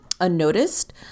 Unnoticed